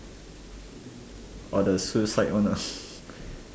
or the suicide one